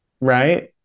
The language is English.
Right